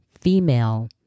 female